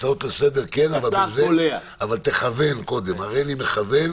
הצעות לסדר כן, אבל תכוון קודם הריני מכוון